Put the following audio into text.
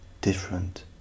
different